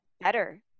better